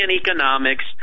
economics